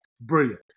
brilliant